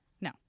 No